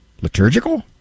Liturgical